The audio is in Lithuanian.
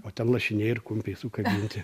o ten lašiniai ir kumpiai sukabinti